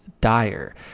dire